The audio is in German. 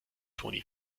toni